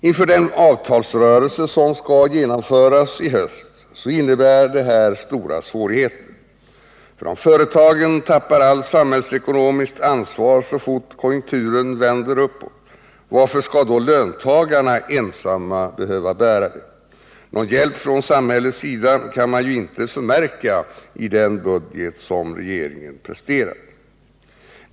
Inför den avtalsrörelse som skall genomföras i höst innebär det här stora svårigheter. För om företagen tappar allt samhällsekonomiskt ansvar så fort konjunkturen vänder uppåt, varför skall då löntagarna ensamma behöva bära det? Någon hjälp från samhällets sida kan man ju inte förmärka i den budget som regeringen presterat.